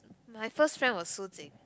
my first friend was Su Jing